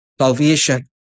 salvation